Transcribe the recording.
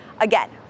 again